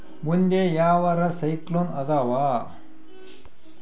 ಮುಂದೆ ಯಾವರ ಸೈಕ್ಲೋನ್ ಅದಾವ?